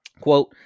quote